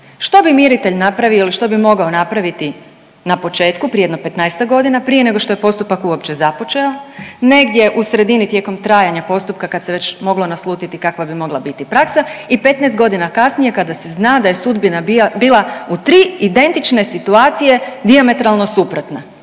što bi miritelj napravio ili što bi mogao napraviti na početku prije jedno 15-tak godina prije nego što je postupak uopće započeo, negdje u sredini tijekom trajanja postupka kad se već moglo naslutiti kakva bi mogla biti praksa i 15.g. kasnije kada se zna da je sudbina bila u tri identične situacije dijametralno suprotna?